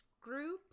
group